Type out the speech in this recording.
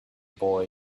boy